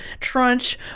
Trunch